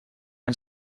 and